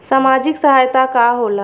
सामाजिक सहायता का होला?